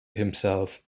himself